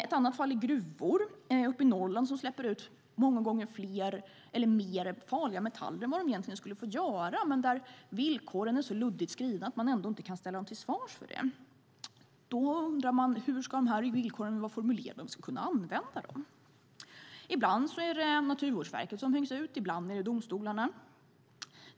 Ett annat exempel är gruvor i Norrland som släpper ut många gånger mer farliga metaller än vad de egentligen skulle få göra men där villkoren är så luddigt skrivna att de ändå inte kan ställas till svars för det. Då undrar man hur de här villkoren ska vara formulerade om vi ska kunna använda dem. Ibland är det Naturvårdsverket som hängs ut. Ibland är det domstolarna.